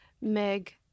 Meg